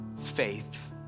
faith